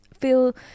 feel